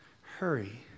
hurry